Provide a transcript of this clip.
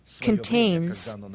contains